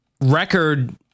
record